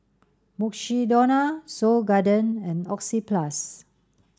Mukshidonna Seoul Garden and Oxyplus